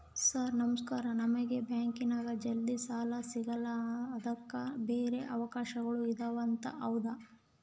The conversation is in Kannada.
ಸರ್ ನಮಸ್ಕಾರ ನಮಗೆ ಬ್ಯಾಂಕಿನ್ಯಾಗ ಜಲ್ದಿ ಸಾಲ ಸಿಗಲ್ಲ ಅದಕ್ಕ ಬ್ಯಾರೆ ಅವಕಾಶಗಳು ಇದವಂತ ಹೌದಾ?